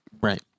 Right